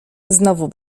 znowu